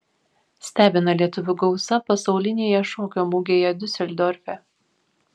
stebina lietuvių gausa pasaulinėje šokio mugėje diuseldorfe